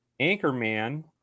Anchorman